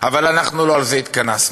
אבל לא על זה התכנסנו,